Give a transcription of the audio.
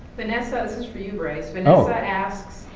vanessa, this is for you, bryce. vanessa asks,